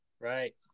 right